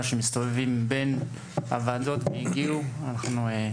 שמסתובבים בין הוועדות השונות והגיעו אלינו.